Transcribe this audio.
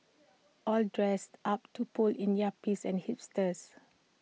all dressed up to pull in yuppies and hipsters